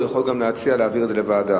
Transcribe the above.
הוא יכול גם להציע להעביר את זה לוועדה.